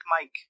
Mike